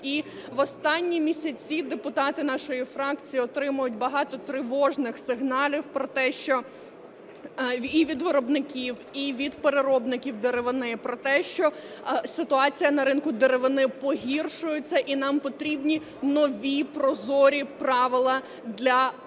І в останні місяці депутати нашої фракції отримують багато тривожних сигналів про те, що... і від виробників, і від переробників деревини про те, що ситуація на ринку деревини погіршується і нам потрібні нові прозорі правила для цього ринку.